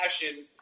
passion